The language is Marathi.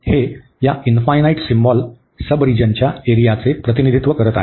हे या इनफायनाईट सिम्बॉल सबरिजनच्या एरियाचे प्रतिनिधित्व करीत आहे